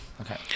Okay